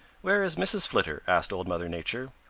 where is mrs. flitter? asked old mother nature.